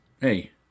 Hey